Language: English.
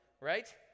right